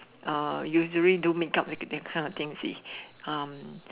uh usually do make up the kind of thing you see